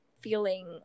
feeling